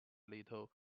little